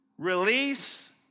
Release